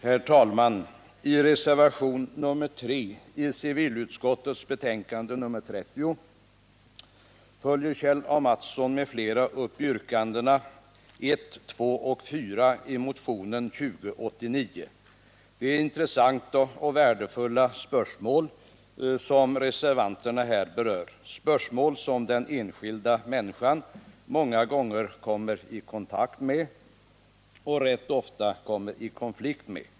Herr talman! I reservationen 3 till civilutskottets betänkande nr 30 följer Kjell A. Mattsson m.fl. upp yrkandena 1, 2 och 4 i motionen 2089. Det är intressanta och värdefulla spörsmål som reservanterna här berör, spörsmål som den enskilda människan många gånger kommer i kontakt med och rätt ofta kommer i konflikt med.